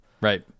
right